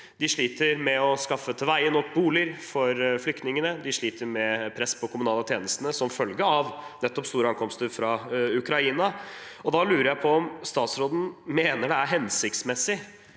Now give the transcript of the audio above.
De sliter med å skaffe til veie nok boliger for flyktningene. De sliter med press på de kommunale tjenestene som følge av nettopp store ankomster fra Ukraina. Da lurer jeg på om statsråden mener det er hensiktsmessig